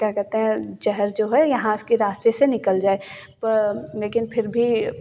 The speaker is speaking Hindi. क्या कहते हैं ज़हर जो है यहाँ इसके रास्ते से निकल जाए पर लेकिन फिर भी